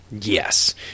Yes